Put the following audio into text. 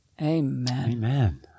Amen